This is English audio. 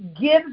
gives